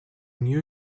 new